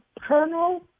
Colonel